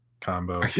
combo